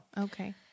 okay